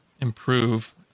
improve